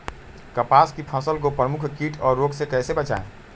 कपास की फसल को प्रमुख कीट और रोग से कैसे बचाएं?